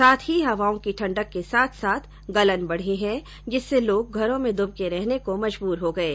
साथ ही हवाओं की ठण्डक के साथ साथ गलन बढ़ी है जिससे लोग घरों में दुबके रहने को मजबूर हो गये